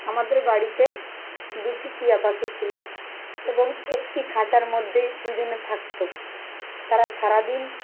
আমাদের বাড়িতে দুটি টিয়া পাখি ছিলো এবং একটি খাঁচার মধ্যেই দুজনে থাকত তারা সারাদিন